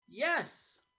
Yes